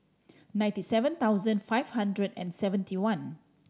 ninety seven thousand five hundred and seventy one